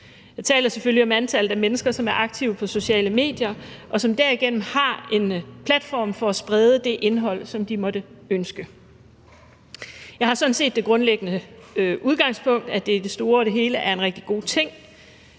Jeg taler selvfølgelig om antallet af mennesker, som er aktive på sociale medier, og som derigennem har en platform til at sprede det indhold, som de måtte ønske. Jeg har sådan set det grundlæggende udgangspunkt, at det i det store og hele er en rigtig god ting,